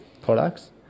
products